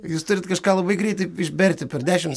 jūs turit kažką labai greitai išberti per dešims